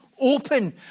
open